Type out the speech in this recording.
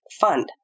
Fund